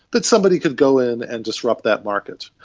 that somebody could go in and disrupt that market.